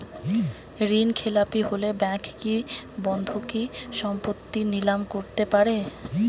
ঋণখেলাপি হলে ব্যাঙ্ক কি বন্ধকি সম্পত্তি নিলাম করতে পারে?